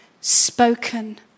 spoken